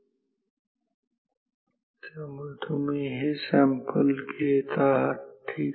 त्यामुळे तुम्ही हे सॅम्पल घेत आहात ठीक आहे